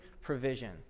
provision